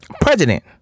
president